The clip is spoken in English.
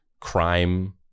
crime